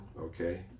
okay